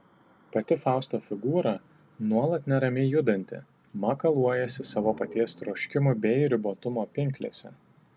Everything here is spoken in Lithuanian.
pati fausto figūra nuolat neramiai judanti makaluojasi savo paties troškimų bei ribotumo pinklėse